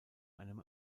einem